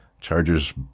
Chargers